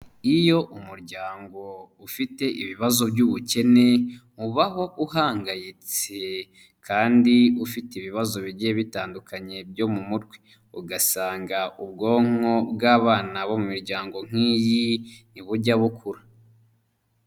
Iyo umuryango ufite ibibazo by'ubukene, ubaho uhangayitse kandi ufite ibibazo bigiye bitandukanye byo mu mutwe. Ugasanga ubwonko bw'abana bo mu miryango nk'iyi ntibujya bukura.